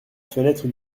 fenêtre